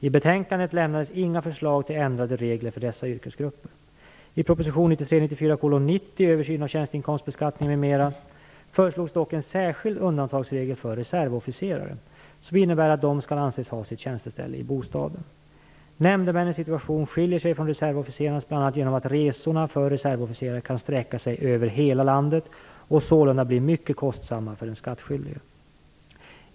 I betänkandet lämnades inga förslag till ändrade regler för dessa yrkesgrupper. I proposition 1993/94:90, Översyn av tjänsteinkomstbeskattningen m.m., föreslogs dock en särskild undantagsregel för reservofficerare som innebär att de skall anses ha sitt tjänsteställe i bostaden. Nämndemännens situation skiljer sig från reservofficerarnas bl.a. genom att resorna för reservofficerare kan sträcka sig över hela landet och sålunda bli mycket kostsamma för den skattskyldige.